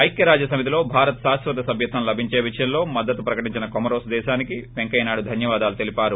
ఐక్యరాజ్య సమితిలో భారత్ శాశ్వత సభ్యత్వం లభించే విషయంలో మద్గతు ప్రకటించిన కొమరోస్ దేశానికి పెంకయ్యనాయుడు ధన్యవాదాలు తెలిపారు